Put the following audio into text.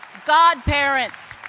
godparents,